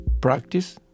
practice